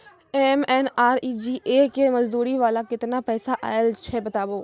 MNREGA के मज़दूरी वाला केतना पैसा आयल छै बताबू?